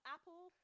Apple